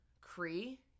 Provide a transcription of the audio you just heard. Cree